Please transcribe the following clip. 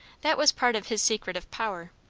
that was part of his secret of power,